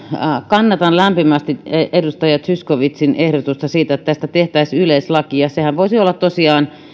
kannatan lämpimästi edustaja zyskowiczin ehdotusta siitä että tästä tehtäisiin yleislaki sehän voisi olla tosiaan